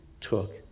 took